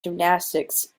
gymnastics